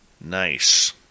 nice